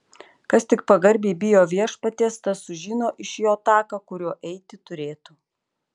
kas tik pagarbiai bijo viešpaties tas sužino iš jo taką kuriuo eiti turėtų